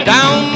Down